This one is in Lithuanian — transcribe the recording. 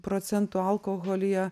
procentų alkoholyje